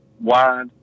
wide